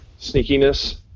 sneakiness